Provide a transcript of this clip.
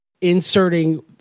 inserting